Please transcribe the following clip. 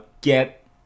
get